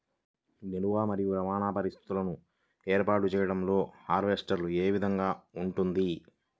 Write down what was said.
నిల్వ మరియు రవాణా పరిస్థితులను ఏర్పాటు చేయడంలో హార్వెస్ట్ ఏ విధముగా ఉంటుంది?